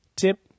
tip